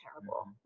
terrible